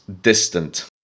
distant